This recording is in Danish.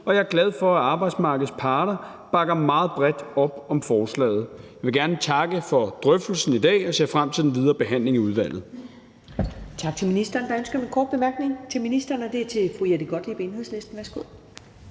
og jeg er glad for, at arbejdsmarkedets parter bakker meget bredt op om forslaget. Jeg vil gerne takke for drøftelsen i dag og ser frem til den videre behandling i udvalget.